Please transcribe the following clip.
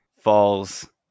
falls